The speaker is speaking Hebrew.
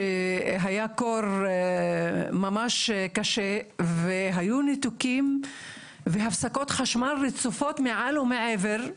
שהיה קור ממש קשה והיו ניתוקים והפסקות חשמל רצופות מעל ומעבר.